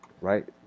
right